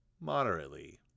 moderately